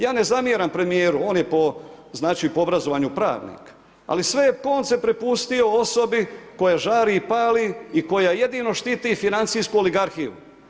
Ja ne zamjeram premjeru, on je po obrazovanju pravnik, ali je sve konce prepustio osobi koja žari i pali i koja jedino štiti financijsku oligarhiju.